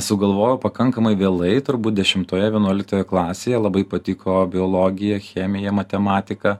sugalvojau pakankamai vėlai turbūt dešimtoje vienuoliktoje klasėje labai patiko biologija chemija matematika